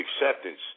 acceptance